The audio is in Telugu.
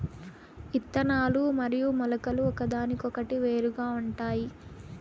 ఇత్తనాలు మరియు మొలకలు ఒకదానికొకటి వేరుగా ఉంటాయి